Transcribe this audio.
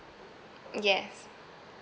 yes